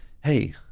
hey